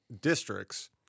districts